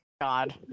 God